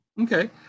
Okay